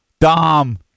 Dom